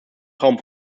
traum